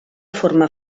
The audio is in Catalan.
forma